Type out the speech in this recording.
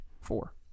Four